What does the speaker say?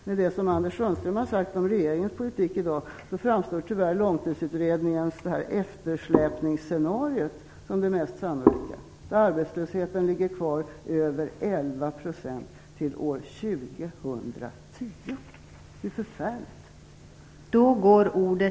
Med det som Anders Sundström har sagt om regeringens politik i dag framstår tyvärr Långtidsutredningens eftersläpningsscenario som det mest sannolika, där arbetslösheten ligger kvar över 11 % till år 2010. Det är förfärligt.